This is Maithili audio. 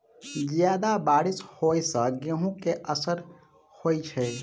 जियादा बारिश होइ सऽ गेंहूँ केँ असर होइ छै?